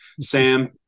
Sam